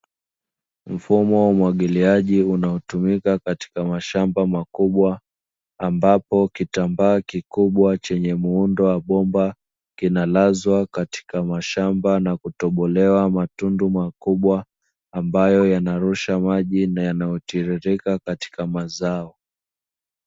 Mfumo wa umwagiliaji unaotumika katika mashamba makubwa, ambapo kitambaa kikubwa chenye muundo wa bomba kinalazwa katika mashamba na kutobolewa matundu makubwa ambayo yanarusha maji na yanayotiririka katika mazao.